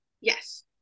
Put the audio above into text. Yes